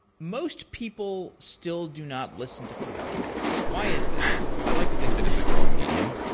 most people still do not listen to podcasts. why is that? i like to think that it's a growing medium.